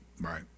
Right